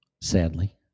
sadly